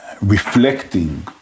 reflecting